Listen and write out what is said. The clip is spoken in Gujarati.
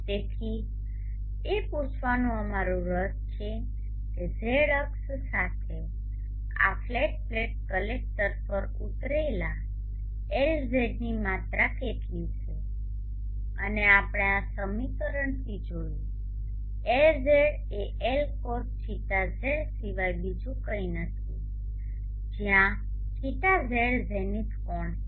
તેથી એ પૂછવાનું અમારું રસ છે કે z અક્ષ સાથે આ ફ્લેટ પ્લેટ કલેક્ટર પર ઉતરેલા Lzની માત્રા કેટલી છે અને આપણે આ સમીકરણથી જોયું Lz એ L cosθz સિવાય બીજું કંઈ નથી જ્યાં θz ઝેનિથ કોણ છે